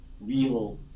real